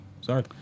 Sorry